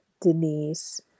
Denise